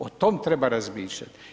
O tom treba razmišljati.